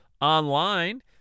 online